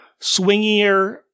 swingier